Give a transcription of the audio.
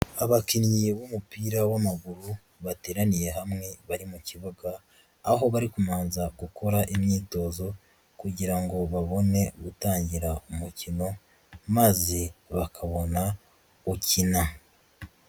Abakinnyi b'umupira w'amaguru bateraniye hamwe bari mu kibuga, aho bari kubanza gukora imyitozo kugira ngo babone gutangira umukino maze bakabona gukina.